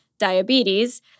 diabetes